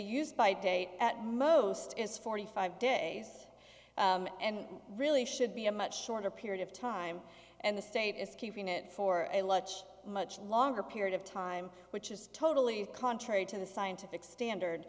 use by date at most is forty five days and really should be a much shorter period of time and the state is keeping it for a lunch much longer period of time which is totally contrary to the scientific standard